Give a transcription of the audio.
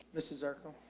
mrs arco?